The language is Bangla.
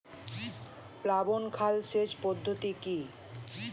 প্লাবন খাল সেচ পদ্ধতি কি?